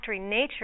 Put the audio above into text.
nature